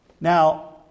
Now